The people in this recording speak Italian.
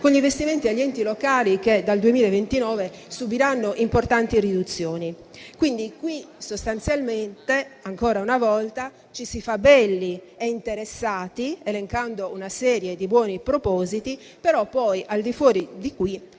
con gli investimenti agli enti locali che dal 2029 subiranno importanti riduzioni. Sostanzialmente, ancora una volta ci si fa belli e interessati, elencando una serie di buoni propositi, però poi al di fuori di qui